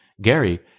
Gary